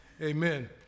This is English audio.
Amen